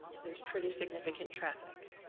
there's pretty significant traffic.